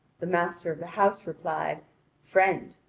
the master of the house replied friend,